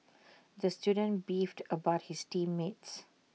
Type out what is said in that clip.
the student beefed about his team mates